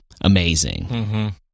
amazing